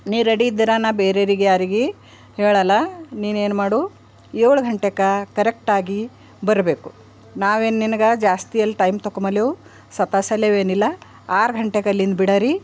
ನೀ ರೆಡಿ ಇದ್ದಿರಾ ನಾ ಬೇರೆರಿಗೆ ಯಾರಿಗು ಹೇಳಲ್ಲ ನೀನೇನು ಮಾಡು ಏಳು ಘಂಟೆಗೆ ಕರೆಕ್ಟಾಗಿ ಬರಬೇಕು ನಾವೇನು ನಿನ್ಗೆ ಜಾಸ್ತಿ ಅಲ್ಲಿ ಟೈಮ್ ತೊಕೊಮಲ್ಲೆವು ಸತಾಯ್ಸಲ್ಲವೇನಿಲ್ಲ ಆರು ಘಂಟೆಗೆ ಅಲ್ಲಿಂದ ಬಿಡಾರಿ